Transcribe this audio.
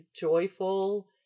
joyful